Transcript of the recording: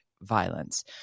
violence